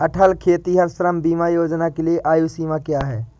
अटल खेतिहर श्रम बीमा योजना के लिए आयु सीमा क्या है?